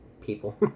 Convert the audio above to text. people